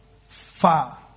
Far